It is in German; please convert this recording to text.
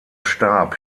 starb